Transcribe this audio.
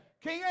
King